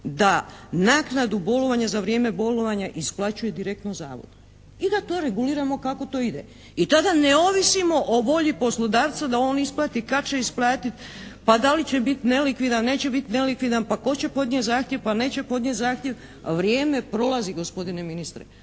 da naknadu bolovanja za vrijeme bolovanja isplaćuje direktno Zavod. I da to reguliramo kako to ide. I tada ne ovisimo o volji poslodavca da on isplati, kad će isplatiti, pa da li će biti nelikvidan, neće biti nelikvidan, pa tko će podnijeti zahtjev, pa neće podnijeti zahtjev. Vrijeme prolazi gospodine ministre.